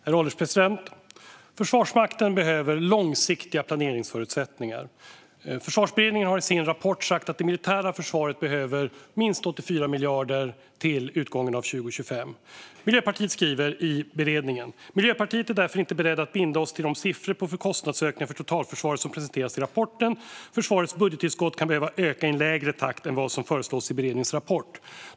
Herr ålderspresident! Försvarsmakten behöver långsiktiga planeringsförutsättningar. Försvarsberedningen har i sin rapport sagt att det militära försvaret behöver minst 84 miljarder till utgången av 2025. Miljöpartiet skriver i beredningen: "Miljöpartiet är därför inte beredd att binda oss till de siffror på kostnadsökningar för totalförsvaret som presenteras i rapporten. Försvarets budgettillskott kan behöva öka i en lägre takt än vad som föreslås i beredningens rapport."